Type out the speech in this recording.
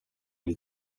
les